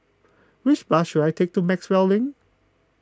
which bus should I take to Maxwell Link